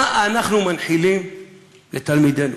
מה אנחנו מנחילים לתלמידינו?